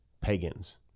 pagans